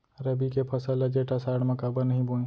रबि के फसल ल जेठ आषाढ़ म काबर नही बोए?